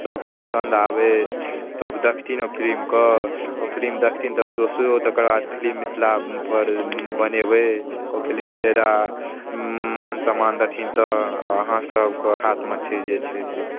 सबके पसन्द आबै सब देखथिन ओ फिलिमक ओ फिलिम देखथिन तहन दोसरो तकरबाद फिलिम मिथिलापर बनेबै ओ फिलिमके ज्यादा मानसम्मान देथिन तऽ अहाँसबके हाथमे छै जे छै से